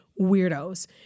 weirdos